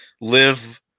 live